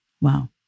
wow